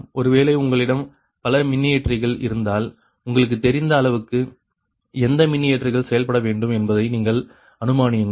ஒருவேளை உங்களிடம் பல மின்னியற்றிகள் இருந்தால் உங்களுக்கு தெரிந்த அளவுக்கு எந்த மின்னியற்றிகள் செயல்பட வேண்டும் என்பதை நீங்கள் அனுமானியுங்கள்